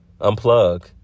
unplug